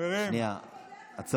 כבר הלך הלילה, לברר את העובדות.